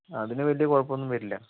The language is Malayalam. അതിനു വലിയ കുഴപ്പമൊന്നും വരില്ല